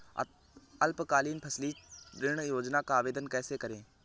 अल्पकालीन फसली ऋण योजना का आवेदन कैसे करें?